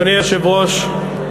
אדוני היושב-ראש,